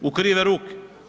u krive ruke?